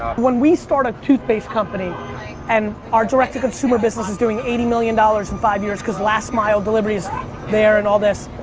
when we start a toothpaste company and our direct to consumer business is doing eighty million dollars in five years cause last mile delivery is there and all this,